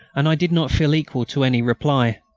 and i did not feel equal to any reply.